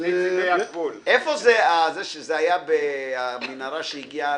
איפה המנהרה שהגיעה?